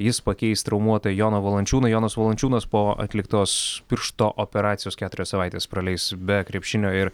jis pakeis traumuotą joną valančiūną jonas valančiūnas po atliktos piršto operacijos keturias savaites praleis be krepšinio ir